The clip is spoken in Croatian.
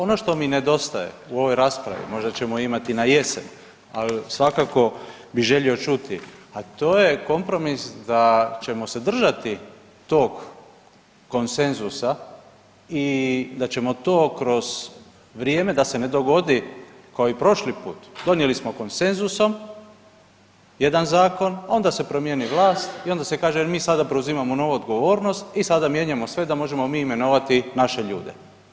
Ono što mi nedostaje u ovoj raspravi, možda ćemo imati na jesen, ali svakako bih želio čuti, a to je kompromis da ćemo se držati tog konsenzusa i da ćemo to kroz vrijeme da se ne dogodi kao i prošli put, donijeli smo konsenzusom jedan zakon, onda se promijeni vlast i onda se kaže, mi sada preuzimamo novu odgovornost i sada mijenjamo sve da možemo mi imenovati naše ljude.